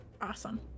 Awesome